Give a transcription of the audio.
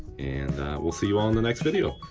and we'll see you all in the next video.